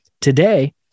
today